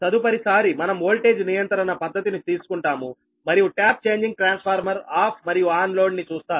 తదుపరిసారి మనం వోల్టేజ్ నియంత్రణ పద్ధతిని తీసుకుంటాము మరియు టాప్ చేంజింగ్ ట్రాన్స్ఫార్మర్ ఆఫ్ మరియు ఆన్ లోడ్ ని చూస్తారు